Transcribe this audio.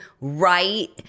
right